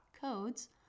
Codes